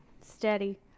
steady